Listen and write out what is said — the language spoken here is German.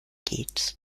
geht